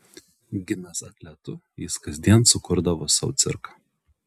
gimęs atletu jis kasdien sukurdavo sau cirką